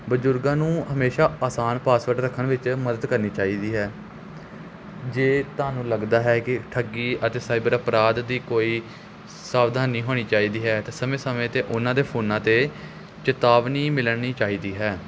ਬਜ਼ੁਰਗਾਂ ਨੂੰ ਹਮੇਸ਼ਾ ਆਸਾਨ ਪਾਸਵਰਡ ਰੱਖਣ ਵਿੱਚ ਮਦਦ ਕਰਨੀ ਚਾਹੀਦੀ ਹੈ ਜੇ ਤੁਹਾਨੂੰ ਲੱਗਦਾ ਹੈ ਕਿ ਠੱਗੀ ਅਤੇ ਸਾਈਬਰ ਅਪਰਾਧ ਦੀ ਕੋਈ ਸਾਵਧਾਨੀ ਹੋਣੀ ਚਾਹੀਦੀ ਹੈ ਤਾਂ ਸਮੇਂ ਸਮੇਂ 'ਤੇ ਉਹਨਾਂ ਦੇ ਫੋਨਾਂ 'ਤੇ ਚੇਤਾਵਨੀ ਮਿਲਣੀ ਚਾਹੀਦੀ ਹੈ